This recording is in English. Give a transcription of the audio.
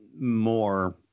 more